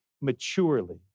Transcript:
maturely